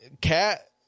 Cat